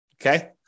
okay